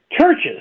churches